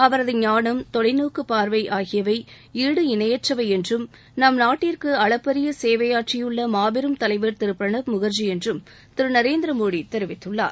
அவரது ஞானம் தொலைநோக்குப் பார்வை ஆகியவை ஈடு இணயற்றவை என்றும் நம் நாட்டிற்கு அளப்பரிய சேவையாற்றியுள்ள மாபெரும் தலைவர் திரு பிரணாப் முகள்ஜி என்றும் திரு நரேந்திர மோடி தெரிவித்துள்ளார்